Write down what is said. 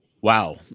Wow